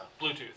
Bluetooth